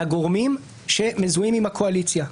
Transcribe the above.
לגורמים שמזוהים עם הקואליציה.